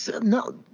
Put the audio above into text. No